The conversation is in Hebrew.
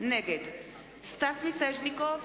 נגד סטס מיסז'ניקוב,